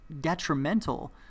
detrimental